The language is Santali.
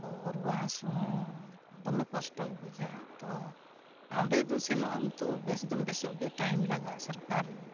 ᱛᱚ ᱨᱩᱣᱟᱹ ᱦᱟᱹᱥᱩ ᱦᱚᱸ ᱫᱚᱢᱮ ᱠᱚᱥᱴᱚ ᱜᱮ ᱵᱩᱡᱷᱟᱹᱜᱼᱟ ᱛᱚ ᱚᱸᱰᱮ ᱫᱚ ᱥᱮᱱᱚᱜ ᱟᱢ ᱛᱚ ᱵᱮᱥ ᱫᱚᱢ ᱵᱮᱥᱚᱜ ᱜᱮᱭᱟ ᱴᱟᱭᱤᱢ ᱞᱟᱜᱟᱜᱼᱟ ᱥᱚᱨᱠᱟᱨᱤ